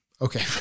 Okay